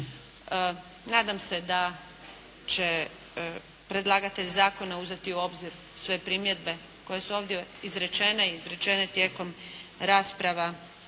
Nadam se da će predlagatelj zakona uzeti u obzir sve primjedbe koje su ovdje izrečene i izrečene tijekom rasprava